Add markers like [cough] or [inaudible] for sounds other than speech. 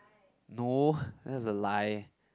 no [breath] that's a lie